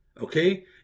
okay